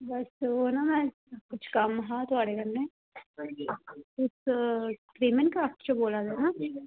ओह् ना कुछ कम्म हा थुहाड़े कन्नै तुस पेमेंट कार्ट चा बोल्ला दे ओ ना